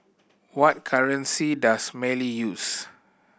what currency does Mali use